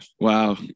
Wow